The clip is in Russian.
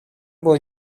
была